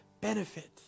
benefit